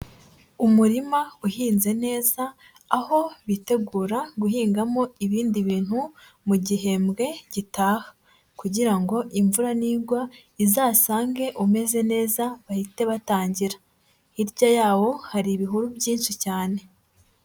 Umurima uhinze neza aho bitegura guhingamo ibindi bintu mu gihembwe gitaha, kugira ngo imvura nigwa izasange umeze neza bahite batangira, hirya yawo hari ibihuru byinshi cyane.